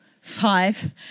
five